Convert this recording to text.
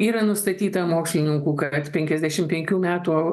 yra nustatyta mokslininkų kad penkiasdešim penkių metų